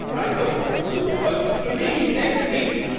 i hope you'll vote for me next week.